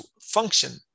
function